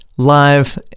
Live